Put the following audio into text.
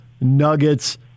Nuggets